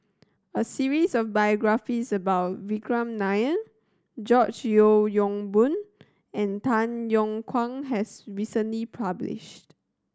a series of biographies about Vikram Nair George Yeo Yong Boon and Tay Yong Kwang has recently published